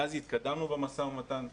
מאז התקדמנו במשא ומתן.